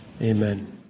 Amen